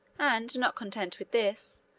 and, not content with this,